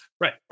Right